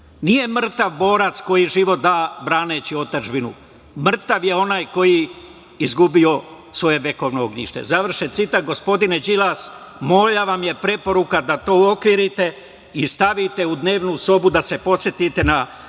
Nije mrtav borac koji život da braneći otadžbinu, mrtav je onaj koji je izgubio svoje vekovno ognjište“. Završen citat. Gospodine Đilas, moja vam je preporuka da to uokvirite i stavite u dnevnu sobu da se podsetite na